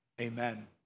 Amen